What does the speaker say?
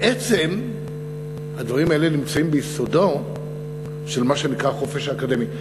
בעצם הדברים האלה נמצאים ביסודו של מה שנקרא החופש האקדמי.